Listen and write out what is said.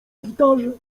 gitarze